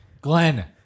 Glenn